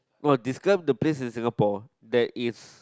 no describe the place in Singapore that is